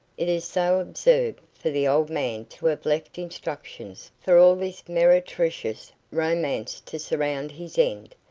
it is so absurd for the old man to have left instructions for all this meretricious romance to surround his end.